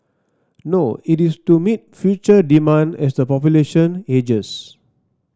no it is to meet future demand as the population ages